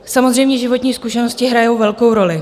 Samozřejmě, životní zkušenosti hrají velkou roli.